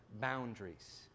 boundaries